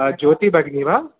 ज्योति भगिनी वा